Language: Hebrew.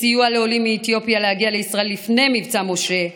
בסיוע לעולים מאתיופיה להגיע לישראל לפני מבצע משה,